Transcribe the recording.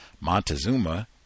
montezuma